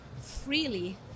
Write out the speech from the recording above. freely